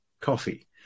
coffee